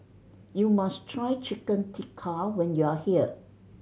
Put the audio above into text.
you must try Chicken Tikka when you are here